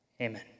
amen